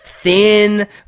thin